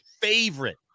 Favorite